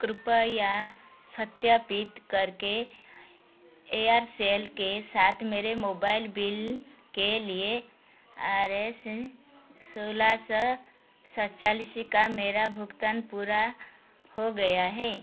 कृप्या सत्यापित करके एयरसेल के साथ मेरे मोबाइल बिल के लिए आर एस सोलह सौ सच्चालिस का मेरा भगतान पूरा हो गया है